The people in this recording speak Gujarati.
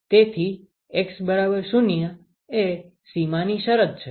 તેથી x0 એ સીમાની શરત છે